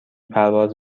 پرواز